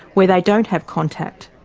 where they don't have contact.